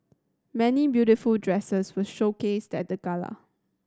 many beautiful dresses were showcased at the gala